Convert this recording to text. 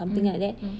mm mm